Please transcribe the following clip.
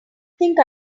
think